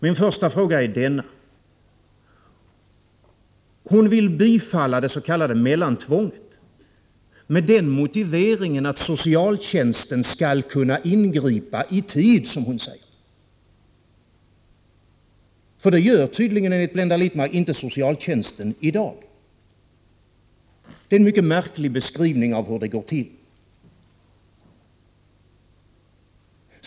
Min första fråga är denna: Blenda Littmarck vill bifalla det s.k. mellantvånget med den motiveringen att socialtjänsten skall kunna ingripa i tid, som hon säger. Det gör den tydligen inte i dag enligt Blenda Littmarck. Det är en mycket märklig beskrivning av hur det går till.